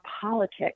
politics